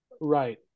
Right